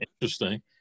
interesting